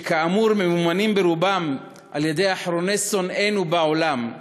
שכאמור ממונים ברובם על-ידי אחרוני שונאינו בעולם,